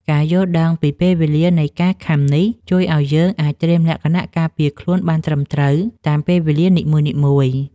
ការយល់ដឹងពីពេលវេលានៃការខាំនេះ ជួយឱ្យយើងអាចត្រៀមលក្ខណៈការពារខ្លួនបានត្រឹមត្រូវតាមពេលវេលានីមួយៗ។